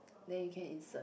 then you can insert